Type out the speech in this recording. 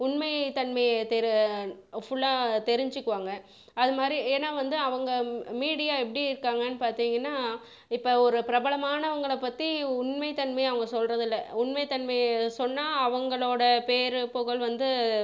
உண்மை தன்மையை தெரு ஃபுல்லா தெரிஞ்சுக்குவாங்க அதுமாதிரி ஏன்னா வந்து அவங்கள் மீடியா எப்படி இருக்காங்கன்னு பார்த்தீங்கன்னா இப்போ ஒரு பிரபலமானவங்கள் பற்றி உண்மை தன்மையை அவங்க சொல்கிறதில்ல உண்மை தன்மையை சொன்னால் அவங்களோடய பேர் புகழ் வந்து